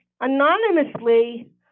anonymously